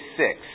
six